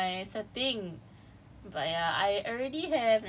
that doesn't change my that [one] my setting